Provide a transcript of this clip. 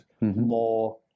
more